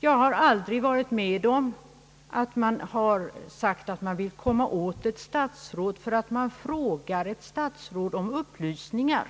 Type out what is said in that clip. Jag har aldrig varit med om att det har sagts, att man vill komma åt ett statsråd därför att man ber statsrådet om upplysningar.